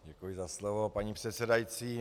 Děkuji za slovo, paní předsedající.